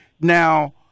Now